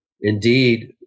Indeed